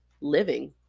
living